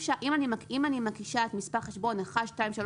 אם אני מקישה את מספר החשבון 123456,